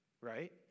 right